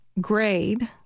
grade